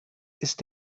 ist